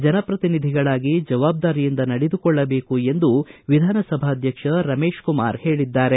ಜನಪ್ರತಿನಿಧಿಗಳಾಗಿ ಜವಾಬ್ದಾರಿಯಿಂದ ನಡೆದುಕೊಳ್ಳಬೇಕು ಎಂದು ವಿಧಾನಸಭಾಧ್ವಕ್ಷ ರಮೇಶ್ ಕುಮಾರ್ ಹೇಳಿದ್ದಾರೆ